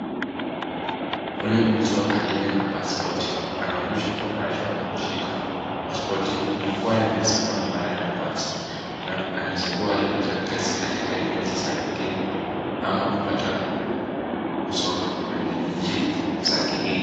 Huyu ni mtu aliye na pasipoti. Anaonyeshwa kufurahishwa na kushika pasipoti. Inaweza kuwa anasafiri mara ya kwanza. Na anaweza kuwa alipata kazi katika nchi za kigeni, ama kupata kusoma kwenye nchi za kigeni.